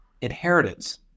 inheritance